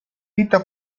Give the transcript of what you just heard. fitta